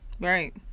Right